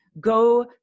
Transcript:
Go